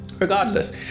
Regardless